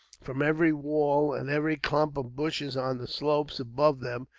from every wall and every clump of bushes on the slopes above them,